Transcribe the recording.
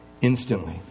instantly